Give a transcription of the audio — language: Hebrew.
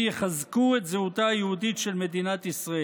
יחזקו את זהותה היהודית של מדינת ישראל.